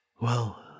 Well